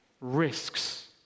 risks